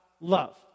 love